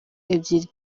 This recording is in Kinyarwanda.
ebyiri